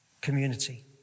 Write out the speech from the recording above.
Community